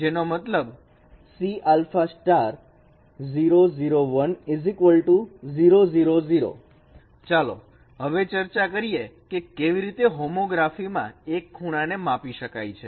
જેનો મતલબ ચાલો હવે ચર્ચા કરીએ કે કેવી રીતે હોમોગ્રાફી માં એક ખૂણાને માપી શકાય છે